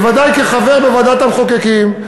בוודאי כחבר בוועדת המחוקקים,